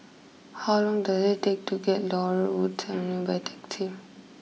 how long does it take to get to Laurel wood Avenue by taxi